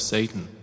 Satan